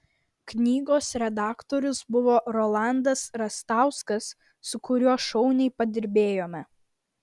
knygos redaktorius buvo rolandas rastauskas su kuriuo šauniai padirbėjome